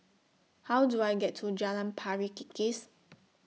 How Do I get to Jalan Pari Kikis